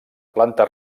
planta